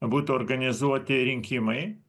būtų organizuoti rinkimai